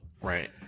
Right